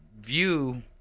view